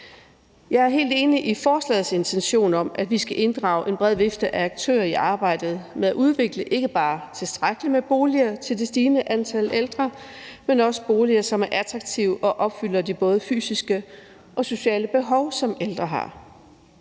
Jeg er helt enig i forslagets intention om, at vi skal inddrage en bred vifte af aktører i arbejdet med at udvikle ikke bare tilstrækkeligt med boliger til det stigende antal ældre, men også boliger, som er attraktive og opfylder de både fysiske og sociale behov, som ældre har.